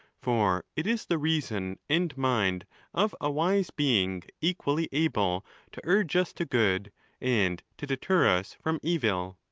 for it is the reason and mind of a wise being equally able to urge us to good and to deter us from evil.